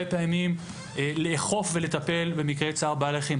פעמים לאכוף ולטפל במקרי צער בעלי חיים.